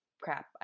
Crap